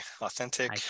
authentic